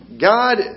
God